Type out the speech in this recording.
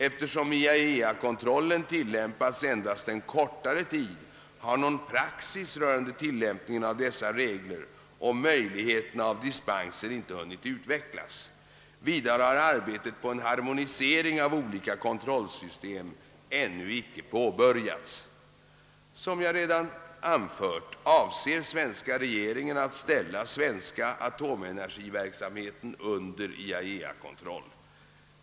Eftersom IAEA-kontrollen tillämpats endast en kortare tid har någon praxis rörande tillämpningen av dessa regler och möjligheterna av dispenser inte hunnit utvecklas. Vidare har arbetet på en harmonisering av de olika kontrollsystemen ännu icke påbörjats. Som jag redan anfört avser svenska regeringen att ställa den svenska atomenergiverksamheten under IAEA:s kontroll.